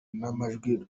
n’amajwi